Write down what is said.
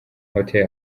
hotel